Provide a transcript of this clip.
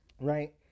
right